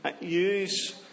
use